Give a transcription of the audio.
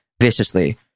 viciously